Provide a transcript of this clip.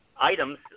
items